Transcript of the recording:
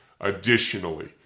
Additionally